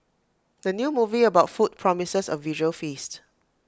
the new movie about food promises A visual feast